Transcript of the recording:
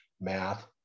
math